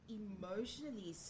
emotionally